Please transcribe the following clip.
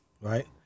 right